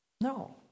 no